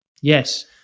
Yes